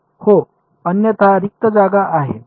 हो अन्यथा रिक्त जागा आहे